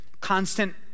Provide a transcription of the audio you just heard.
constant